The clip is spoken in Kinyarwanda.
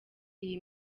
iyi